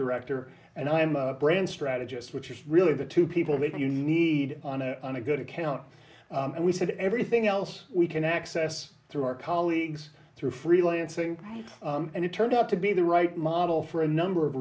director and i am a brand strategist which is really the two people that you need on a on a good account and we said everything else we can access through our colleagues through freelancing and it turned out to be the right model for a number of